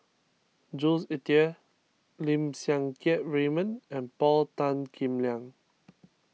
Jules Itier Lim Siang Keat Raymond and Paul Tan Kim Liang